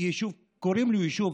קוראים ליישוב